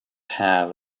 have